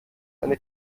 eine